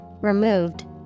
removed